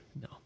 No